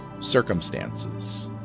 circumstances